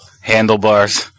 Handlebars